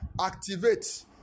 activate